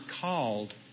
called